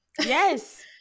Yes